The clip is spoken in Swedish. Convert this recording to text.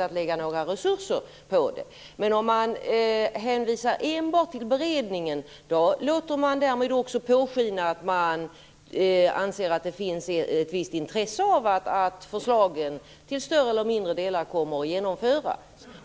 att i framtiden lägga resurser på förslagen. Men när man hänvisar enbart till beredningen låter man påskina att det finns ett visst intresse för att förslagen till större eller mindre delar kommer att genomföras.